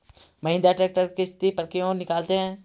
Mahindra tractor किसति पर क्यों निकालते हैं?